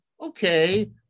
okay